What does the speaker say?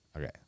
Okay